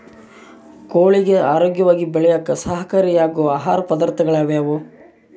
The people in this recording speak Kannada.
ಕೋಳಿಗೆ ಆರೋಗ್ಯವಾಗಿ ಬೆಳೆಯಾಕ ಸಹಕಾರಿಯಾಗೋ ಆಹಾರ ಪದಾರ್ಥಗಳು ಯಾವುವು?